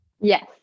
Yes